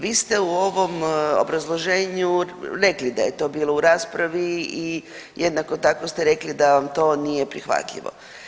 Vi ste u ovom obrazloženju rekli da je to bilo u raspravi i jednako tako ste rekli da vam to nije prihvatljivo.